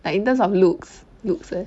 like in terms of looks looks leh